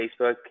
Facebook